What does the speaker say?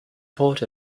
port